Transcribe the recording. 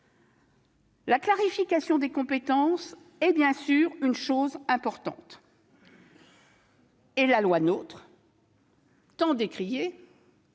La clarification des compétences est, bien sûr, un point important. La loi NOTRe, tant décriée,